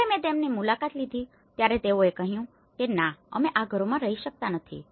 જ્યારે મેં તેમની મુલાકાત લીધી ત્યારે તેઓએ કહ્યું કે ના અમે આ ઘરોમાં રહી શકતા નથી